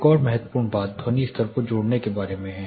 एक और महत्वपूर्ण बात ध्वनि स्तर को जोड़ने के बारे में है